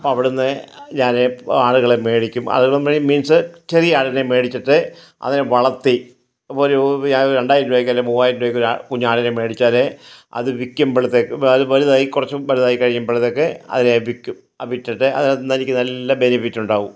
അവിടെ നിന്ന് ഞാൻ ആടുകളെ മേടിക്കും ആടുകൾ മീൻസ് ചെറിയ ആടിനെ മേടിച്ചിട്ട് അതിനെ വളർത്തി ഒരു രണ്ടായിരം രൂപയ്ക്ക് അല്ലെങ്കിൽ മുവായിരം രൂപയ്ക്ക് ഒരു കുഞ്ഞാടിനെ മേടിച്ചാൽ അത് വിൽക്കുമ്പോളെത്തേക്ക് അത് വലുതായി കുറച്ച് വലുതായി കഴിയുമ്പോളെത്തേക്ക് അതിനെ വിൽക്കും അതിനെ വിറ്റിട്ട് അതിനകത്തുനിന്ന് എനിക്ക് നല്ല ബെനിഫിറ്റ് ഉണ്ടാകും